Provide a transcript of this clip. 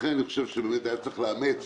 היה צריך לאמץ